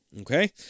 Okay